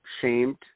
shamed